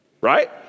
Right